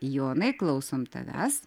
jonai klausom tavęs